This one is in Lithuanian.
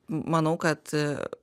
manau kad